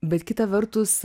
bet kita vertus